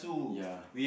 ya